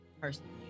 personally